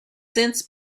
since